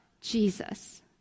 Jesus